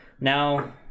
now